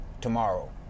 tomorrow